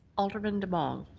alderman demong.